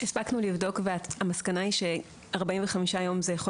הספקנו לבדוק והמסקנה היא ש-45 יום זה יכול